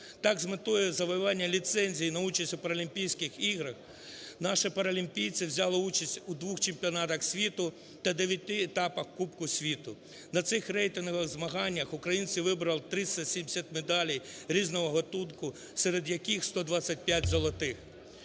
Так з метою завоювання ліцензій на участь у Паралімпійських іграх наші паралімпійці взяли участь у двох чемпіонатах світу та дев'яти етапах кубку світу. На цих рейтингових змаганнях українці вибороли 370 медалей різного ґатунку, серед яких 125 золотих.